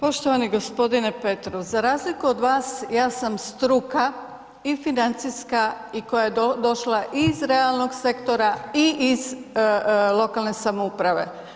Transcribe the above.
Poštovani g. Petrov, za razliku od vas ja sam struka i financijska i koja je došla iz realnog sektora i iz lokalne samouprave.